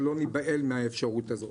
שלא ניבהל מהאפשרות הזאת.